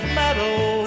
meadow